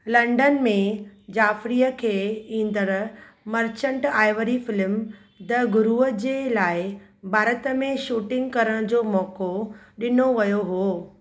London में जाफरीअ खे ईंदड़ु मर्चेंट आइवरी फिल्म द गुरुअ जे लाइ भारत में शूटिंग करण जो मौको ॾिनो वियो हुओ